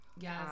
yes